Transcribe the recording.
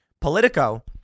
Politico